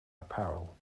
apparel